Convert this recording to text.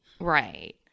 Right